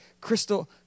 crystal